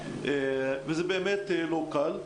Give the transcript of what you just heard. זה באמת לא קל.